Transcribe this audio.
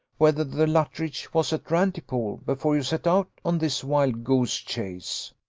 whether the luttridge was at rantipole, before you set out on this wild goose chase?